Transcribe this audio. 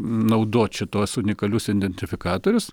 naudot šituos unikalius identifikatorius